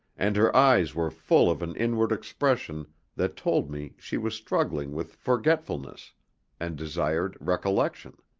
and her eyes were full of an inward expression that told me she was struggling with forgetfulness and desired recollection.